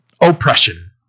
oppression